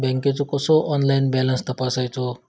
बँकेचो कसो online balance तपासायचो?